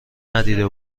ندیده